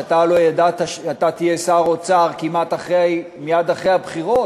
על זה שאתה הלוא ידעת שאתה תהיה שר האוצר כמעט מייד אחרי הבחירות.